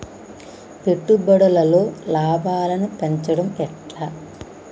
పెట్టుబడులలో లాభాలను పెంచడం ఎట్లా?